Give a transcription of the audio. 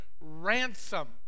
ransom